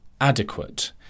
adequate